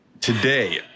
today